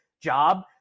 job